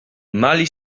mali